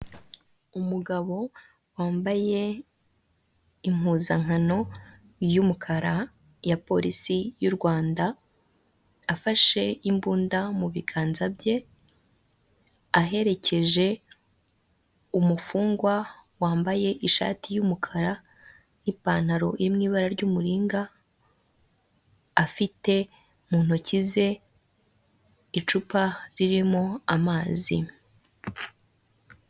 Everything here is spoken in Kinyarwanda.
Umugabo wambaye impuzankano y'umukara ya polisi y'u Rwanda afashe imbunda mu biganza bye, aherekeje umufungwa wambaye ishati y'umukara n'ipantaro iri mu ibara ry'umuringa afite mu ntoki ze icupa ririmo amazi.